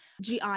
GI